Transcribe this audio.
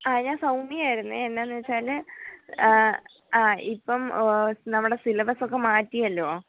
ആ ഞാൻ സൗമ്യയായിരുന്നു എന്നാന്ന് വെച്ചാൽ ആ ഇപ്പം നമ്മുടെ സിലബസൊക്കെ മാറ്റിയല്ലോ